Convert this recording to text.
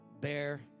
bear